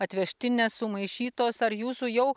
atvežtinės sumaišytos ar jūsų jau